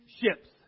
ships